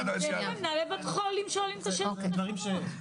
מנהלי בתי החולים שואלים את השאלות הנכונות.